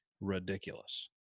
ridiculous